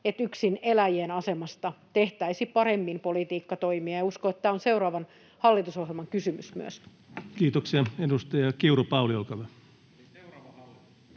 että yksineläjien asemasta tehtäisiin paremmin politiikkatoimia, ja uskon, että tämä on seuraavan hallitusohjelman kysymys myös. [Sebastian Tynkkynen: Eli seuraava